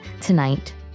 tonight